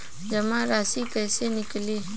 जमा राशि कइसे निकली?